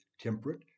temperate